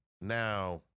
now